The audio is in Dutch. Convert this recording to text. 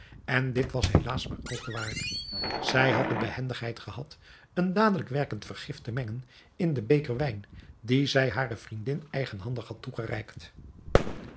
en dit was helaas maar al te waar zij had de behendigheid gehad een dadelijk werkend vergif te mengen in den beker wijn dien zij hare vriendin eigenhandig had